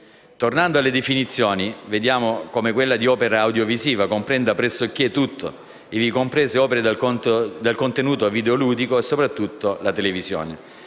Tornando alle definizioni, vediamo come quella di «opera audiovisiva» comprenda pressoché tutto, ivi comprese opere dal contenuto video-ludico e soprattutto la televisione.